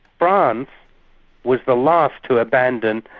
france was the last to abandon,